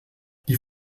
die